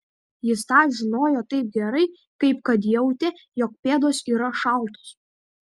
jis tą žinojo taip gerai kaip kad jautė jog pėdos yra šaltos